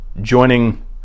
joining